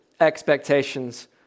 expectations